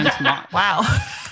Wow